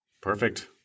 perfect